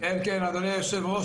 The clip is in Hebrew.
כן אדוני היושב-ראש,